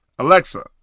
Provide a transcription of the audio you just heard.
Alexa